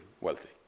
wealthy